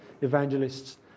evangelists